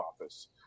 office